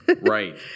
right